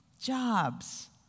jobs